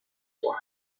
for